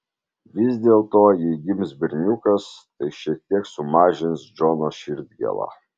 vis dėlto jei gims berniukas tai šiek tiek sumažins džono širdgėlą